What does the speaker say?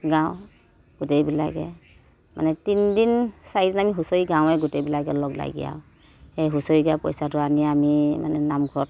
গাওঁ গোটেইবিলাকে মানে তিনিদিন চৰিদিন আমি হুঁচৰি গাওঁৱেই গোটেইবিলাকে লগ লাগি আৰু সেই হুঁচৰি গোৱা পইচাটো আনি আমি মানে নামঘৰত